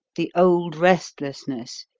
the old restlessness,